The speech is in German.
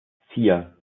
vier